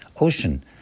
ocean